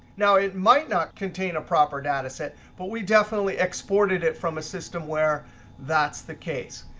now it might not contain a proper data set, but we definitely exported it from a system where that's the case.